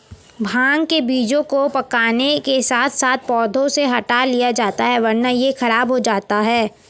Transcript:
भांग के बीजों को पकने के साथ साथ पौधों से हटा लिया जाता है वरना यह खराब हो जाता है